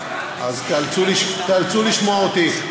אז תיאלצו לשמוע אותי.